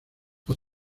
los